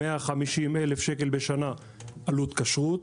150,000 שקלים בשנה עלות כשרות,